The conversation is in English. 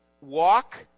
walk